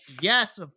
Yes